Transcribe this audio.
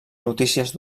notícies